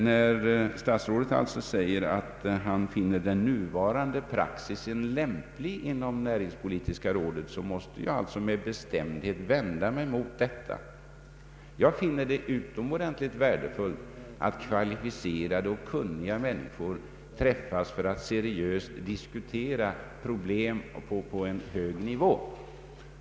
När statsrådet alltså säger att han finner nuvarande praxis lämplig inom näringspolitiska rådet så måste jag med bestämdhet vända mig mot detta. Jag finner det utomordentligt värdefullt att kvalificerade och kunniga människor träffas för att seriöst diskutera problem på en hög nivå.